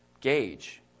gauge